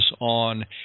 on